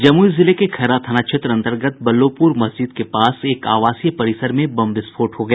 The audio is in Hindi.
जमुई जिले के खैरा थाना क्षेत्र अंतर्गत बल्लोपुर मस्जिद के पास एक आवासीय परिसर में बम विस्फोट हो गया